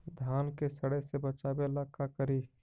धान के सड़े से बचाबे ला का करि?